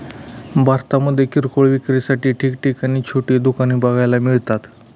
भारतामध्ये किरकोळ विक्रीसाठी ठिकठिकाणी छोटी दुकाने बघायला मिळतात